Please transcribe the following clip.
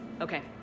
Okay